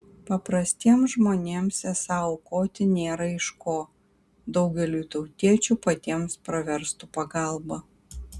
paprastiems žmonėms esą aukoti nėra iš ko daugeliui tautiečių patiems pravestų pagalba